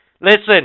Listen